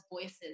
voices